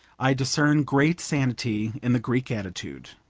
i discern great sanity in the greek attitude.